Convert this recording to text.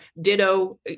ditto